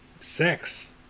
sex